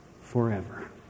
forever